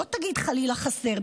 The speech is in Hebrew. שלא תגיד חלילה שחסר,